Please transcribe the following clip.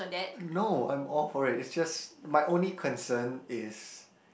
no I'm all for it is just my only concern is